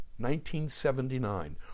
1979